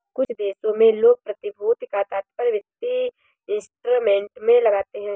कुछ देशों में लोग प्रतिभूति का तात्पर्य वित्तीय इंस्ट्रूमेंट से लगाते हैं